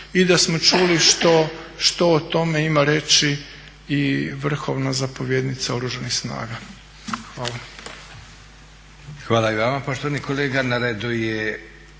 i da smo čuli što o tome ima reći i vrhovna zapovjednica Oružanih snaga. Hvala. **Leko, Josip (SDP)** Hvala i vama poštovani kolega. Na redu su